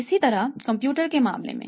इसी तरह कंप्यूटर के मामले में